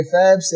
Fab